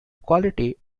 quality